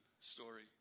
story